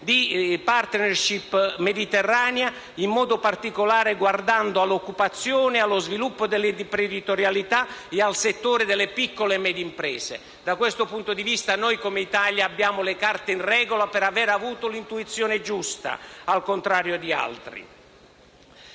di *partnership* mediterraneo, guardando in modo particolare all'occupazione, allo sviluppo dell'imprenditorialità e al settore delle piccole e medie imprese. Da questo punto di vista noi, come Italia, abbiamo le carte in regola per avere avuto l'intuizione giusta, al contrario di altri.